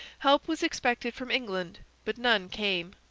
help was expected from england, but none came,